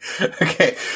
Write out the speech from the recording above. okay